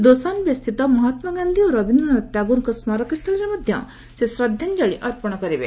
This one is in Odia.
ଦୋସାନ୍ବେସ୍ଥିତ ମହାତ୍କାଗାନ୍ଧି ଓ ରବୀନ୍ଦ୍ରନାଥ ଟାଗୋରଙ୍କ ସ୍ମାରକୀସ୍ଥଳିରେ ମଧ୍ୟ ସେ ଶ୍ରଦ୍ଧାଞ୍ଜଳି ଅର୍ପଣ କରିବେ